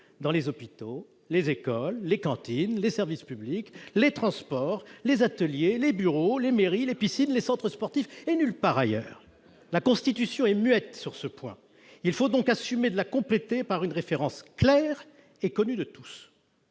dans les hôpitaux, les écoles, les cantines, les services publics, les transports, les ateliers, les bureaux, les mairies, les piscines, les centres sportifs ni nulle part ailleurs. La Constitution est muette sur ce point. Il faut donc assumer de la compléter par une référence claire et connue de tous.